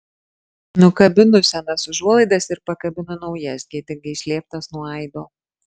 nukabinu senas užuolaidas ir pakabinu naujas gėdingai slėptas nuo aido